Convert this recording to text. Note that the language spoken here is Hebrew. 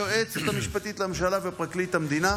גם היועצת המשפטית לממשלה ופרקליט המדינה,